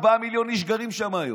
ארבעה מיליון איש גרים שם היום,